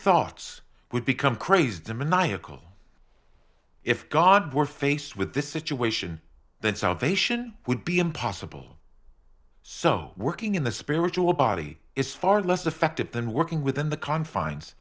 thoughts would become crazed the maniacal if god were faced with this situation then salvation would be impossible so working in the spiritual body is far less effective than working within the confines